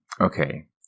Okay